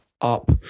up